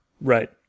Right